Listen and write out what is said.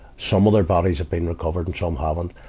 some of their bodies have been recovered and some haven't.